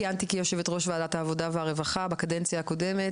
כיהנתי כיושבת-ראש ועדת העבודה והרווחה בקדנציה הקודמת,